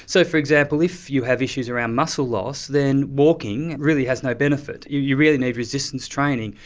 so for example, if you have issues around muscle loss, then walking really has no benefit, you you really need resistance training,